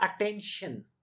attention